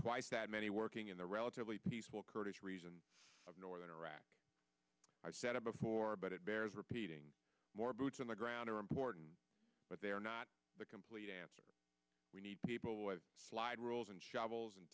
twice that many working in the relatively peaceful kurdish region of northern iraq i've said it before but it bears repeating more boots on the ground are important but they are not the complete answer we need people with slide rules and shovels and